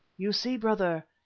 you see, brother,